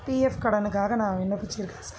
PF கடனுக்காக நான் விண்ணப்பிச்சிருக்கேன் சார்